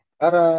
para